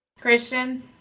Christian